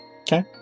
Okay